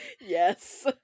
yes